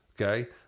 okay